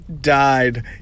died